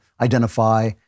identify